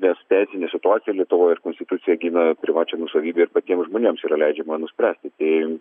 nes teisinė situacija lietuvoj ar konstitucija gina privačią nuosavybę ir patiems žmonėms yra leidžiama nuspręsti tai